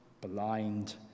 blind